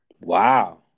wow